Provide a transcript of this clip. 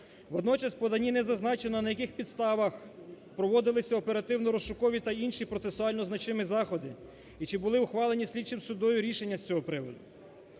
Водночас у поданні не зазначено, на яких підставах проводилися оперативно-розшукові та інші процесуально значимі заходи і чи були ухвалені слідчим судові рішення з цього приводу.